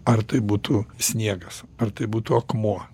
ar tai būtų sniegas ar tai būtų akmuo